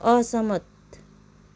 असहमत